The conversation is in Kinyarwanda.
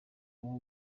bw’u